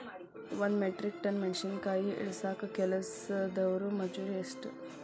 ಒಂದ್ metric tonne ಮೆಣಸಿನಕಾಯಿ ಇಳಸಾಕ್ ಕೆಲಸ್ದವರ ಮಜೂರಿ ಎಷ್ಟ?